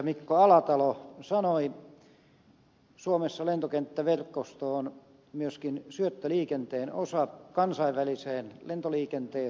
mikko alatalo sanoi suomessa lentokenttäverkosto on myöskin syöttöliikenteen osa kansainväliseen lentoliikenteeseen